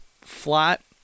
flat